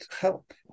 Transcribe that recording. help